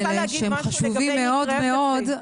שהם חשובים מאוד מאוד,